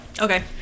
okay